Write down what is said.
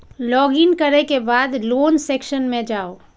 log in करै के बाद लोन सेक्शन मे जाउ